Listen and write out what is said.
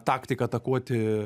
taktiką atakuoti